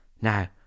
Now